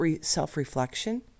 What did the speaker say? self-reflection